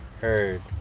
heard